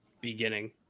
beginning